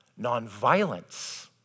nonviolence